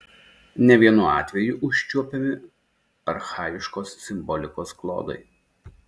ne vienu atveju užčiuopiami archaiškos simbolikos klodai